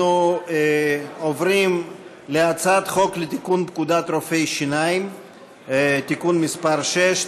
אנחנו עוברים להצעת חוק לתיקון פקודת רופאי השיניים (מס' 6),